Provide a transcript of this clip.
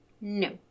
No